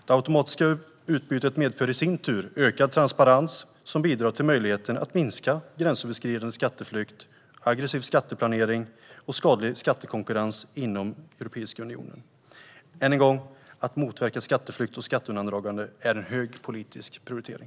Det automatiska utbytet medför i sin tur ökad transparens som bidrar till möjligheten att minska gränsöverskridande skatteflykt, aggressiv skatteplanering och skadlig skattekonkurrens inom Europeiska unionen. Än en gång: Att motverka skatteflykt och skatteundandragande är en hög politisk prioritering.